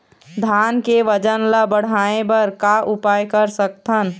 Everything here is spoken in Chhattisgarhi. धान के वजन ला बढ़ाएं बर का उपाय कर सकथन?